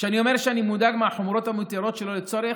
כשאני אומר שאני מודאג מההחמרות המוטלות שלא צורך,